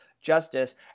justice